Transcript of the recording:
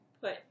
put